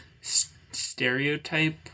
stereotype